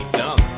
dumb